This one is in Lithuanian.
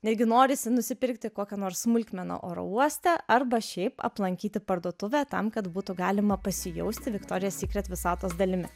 netgi norisi nusipirkti kokią nors smulkmeną oro uoste arba šiaip aplankyti parduotuvę tam kad būtų galima pasijausti viktorijos sykret visatos dalimi